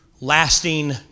lasting